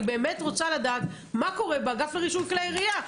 אני באמת רוצה לדעת מה קורה באגף לרישוי כלי ירייה,